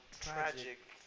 tragic